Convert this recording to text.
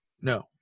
No